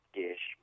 dish